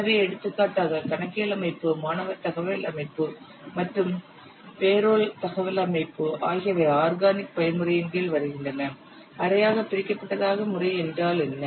எனவே எடுத்துக்காட்டாக கணக்கியல் அமைப்பு மாணவர் தகவல் அமைப்பு மற்றும் பேரோல் தகவல் அமைப்பு ஆகியவை ஆர்கானிக் பயன்முறையின்கீழ் வருகின்றன அரையாக பிரிக்கப்பட்டதாக முறை என்றால் என்ன